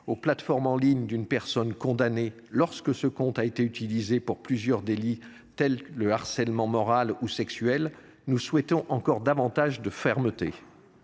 aux plateformes en ligne d’une personne condamnée, lorsque ce compte a été utilisé pour plusieurs délits, tels que le harcèlement moral ou sexuel, nous souhaitons encore davantage de fermeté.